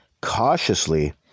cautiously